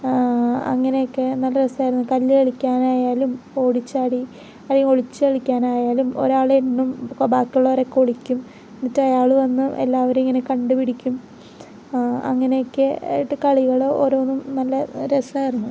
അങ്ങനെ ഒക്കെ നല്ല രസമായിരുന്നു കല്ല് കളിക്കാൻ ആയാലും ഓടി ചാടി അല്ലെ ഒളിച്ച് കളിക്കാനായാലും ഒരാൾ എണ്ണും ബാക്കിയുള്ളവരൊക്കെ ഒളിക്കും എന്നിട്ട് അയാൾ വന്ന് എല്ലാവരെയും ഇങ്ങനെ കണ്ടുപിടിക്കും അങ്ങനെ ഒക്കെ ആയിട്ട് കളികള് ഓരോന്നും നല്ല രസമയിരുന്നു